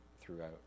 throughout